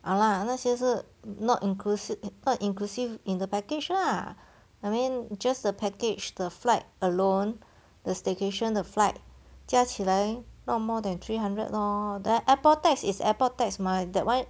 !hanna! 那些是 not inclusive not inclusive in the package lah I mean just the package the flight alone the staycation the flight 加起来 not more than three hundred lor then airport tax is airport tax mah that [one]